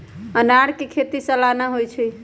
अनारकें खेति सलाना होइ छइ